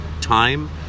time